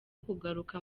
kugaruka